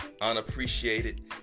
unappreciated